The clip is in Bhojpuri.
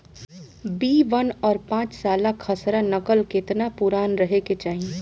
बी वन और पांचसाला खसरा नकल केतना पुरान रहे के चाहीं?